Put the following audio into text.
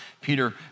Peter